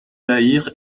lahire